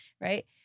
right